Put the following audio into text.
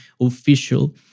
official